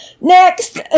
Next